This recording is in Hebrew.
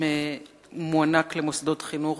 אם מוענק למוסדות חינוך,